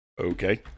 Okay